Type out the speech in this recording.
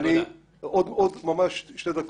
אנחנו